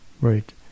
right